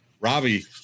Robbie